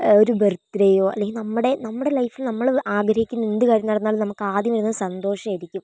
ഒരു ബർത്തടെയോ അല്ലെങ്കിൽ നമ്മടെ നമ്മുടെ ലൈഫിൽ നമ്മള് ആഗ്രഹിക്കുന്ന എന്ത് കാര്യം നടന്നാലും നമുക്ക് ആദ്യം വരുന്നത് സന്തോഷായിരിക്കും